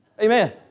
Amen